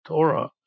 Torah